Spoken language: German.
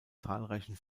zahlreichen